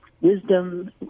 wisdom